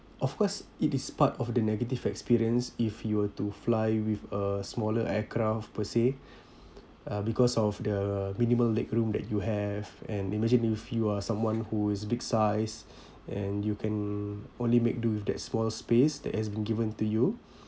of course it is part of the negative experience if you were to fly with a smaller aircraft per se uh because of the minimal leg room that you have and imagine if you are someone who is big size and you can only make do with that small space that has been given to you